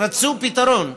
רצו פתרון,